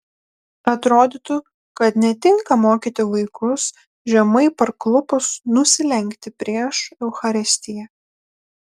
atrodytų kad netinka mokyti vaikus žemai parklupus nusilenkti prieš eucharistiją